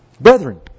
Brethren